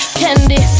candy